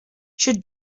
should